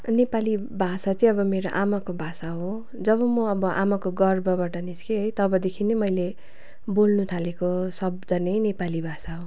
नेपाली भाषा चाहिँ अब मेरो आमाको भाषा हो जब म अब आमाको गर्भबाट निस्केँ है तबदेखि नै मैले बोल्नुथालेको शब्द नै नेपाली भाषा हो